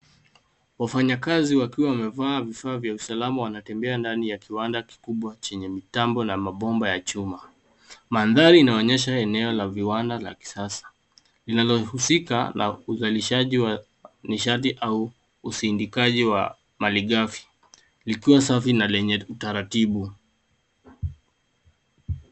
Wafanyikazi wakiwa wamevaa vifaa vya usalama wanatembea ndani ya kiwanda kikubwa chenye mitambo na mabomba ya chuma. Mandhari inaonyesha mandhari ya viwanda la kisasa linalohusika na uzalishaji wa nishati au usindikaji wa malighafi likiwa safi na lenye utaratibu.